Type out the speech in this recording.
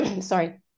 sorry